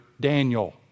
Daniel